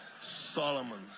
Solomon